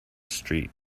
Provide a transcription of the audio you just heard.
street